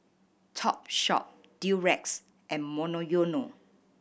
Topshop Durex and Monoyono